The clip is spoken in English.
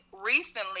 recently